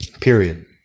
period